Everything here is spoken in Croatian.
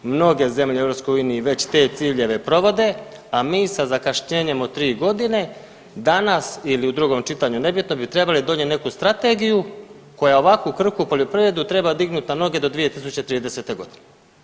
Mnoge zemlje u EU već te ciljeve provode, a mi sa zakašnjenjem od 3.g. danas ili u drugom čitanju nebitno bi trebali donijeti neku strategiju koja ovakvu krhku poljoprivredu treba dignut na noge do 2030.g.